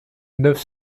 neuf